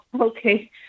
Okay